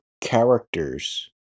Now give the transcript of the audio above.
characters